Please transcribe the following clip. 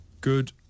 Good